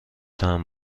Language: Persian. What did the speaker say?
طعم